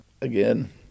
Again